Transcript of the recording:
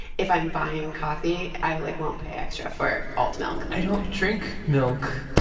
if i'm buying coffee, i, like, won't pay extra for alt milk i don't drink milk,